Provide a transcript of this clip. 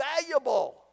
valuable